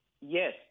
Yes